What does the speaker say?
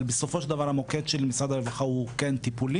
אבל בסופו של דבר המוקד של משרד הרווחה הוא כן טיפולי,